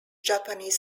japanese